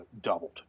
doubled